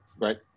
Right